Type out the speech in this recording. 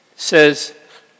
Says